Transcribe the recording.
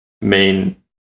main